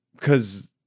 Cause